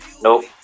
nope